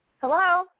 Hello